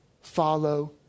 follow